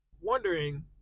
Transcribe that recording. wondering